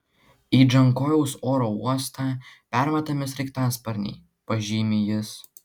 į džankojaus oro uostą permetami sraigtasparniai pažymi jis